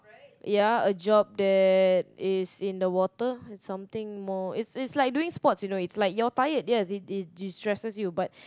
ya a job that is in the water it's something more it's it's like doing sports you know you're tired yet it destresses you but